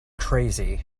crazy